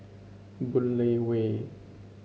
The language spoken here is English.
Boon Lay Way